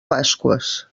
pasqües